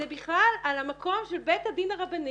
זה בכלל על המקום של בית הדין הרבני